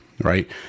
Right